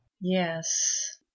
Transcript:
yes